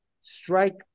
strike